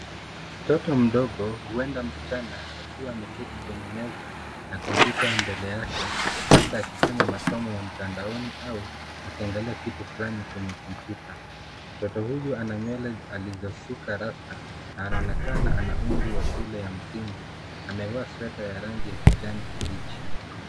Mtoto mdogo huenda msichana akiwa ameketi kwenye meza na kompyuta mbele yake labda akifanya masomo ya mtandaoni au akiangalia kitu fulani kwenye kompyuta. Mtoto huyu ana nywele alizosuka rasta na anaonekana ana umri wa shule ya msingi. Amevaa sweta ya rangi ya kijani kibichi.